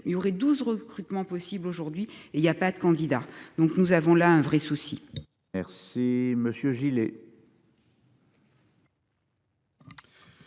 il y aurait 12 recrutement possible aujourd'hui et il y a pas de candidat. Donc nous avons là un vrai souci. RC Monsieur Gillet.